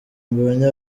mbonye